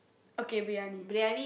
okay briyani